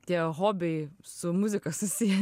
tie hobiai su muzika susiję